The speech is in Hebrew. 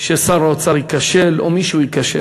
ששר האוצר ייכשל או מישהו ייכשל.